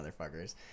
motherfuckers